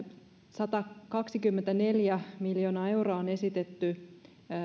satakaksikymmentäneljä miljoonaa euroa on esitetty